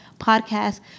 Podcast